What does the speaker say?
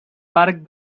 parc